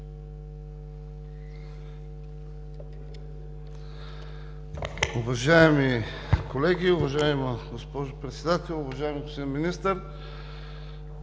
Уважаеми колеги, уважаема госпожо Председател! Уважаеми господин Министър,